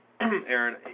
Aaron